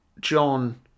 John